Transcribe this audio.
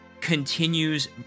continues